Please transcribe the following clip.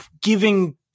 giving